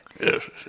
Yes